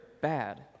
bad